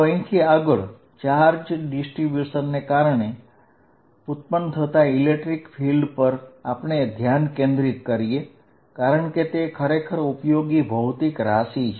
તો અહીંથી આગળ ચાર્જ ડિસ્ટ્રીબ્યુશનને કારણે ઉત્પન્ન થતાં વિદ્યુતક્ષેત્ર પર આપણે ધ્યાન કેન્દ્રિત કરીએ કારણ કે તે ખરેખર ઉપયોગી ભૌતિક રાશિ છે